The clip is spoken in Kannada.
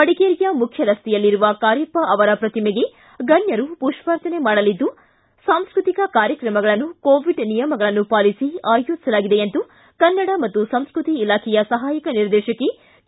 ಮಡಿಕೇರಿಯ ಮುಖ್ಯರಸ್ತೆಯಲ್ಲಿರುವ ಕಾರ್ಯಪ್ಪ ಪ್ರತಿಮೆಗೆ ಗಣ್ಯರು ಪುಪ್ಪಾರ್ಚನೆ ಮಾಡಲಿದ್ದು ಸಾಂಸ್ಕೃತಿಕ ಕಾರ್ಯಕ್ರಮಗಳನ್ನೂ ಕೋವಿಡ್ ನಿಯಮ ಪಾಲಿಸಿ ಆಯೋಜಿಸಲಾಗಿದೆ ಎಂದು ಕನ್ನಡ ಮತ್ತು ಸಂಸ್ಕೃತಿ ಇಲಾಖೆಯ ಸಹಾಯಕ ನಿರ್ದೇಶಕಿ ಕೆ